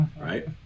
right